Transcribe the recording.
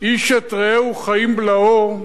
איש את רעהו חיים בלעו.